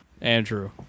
Andrew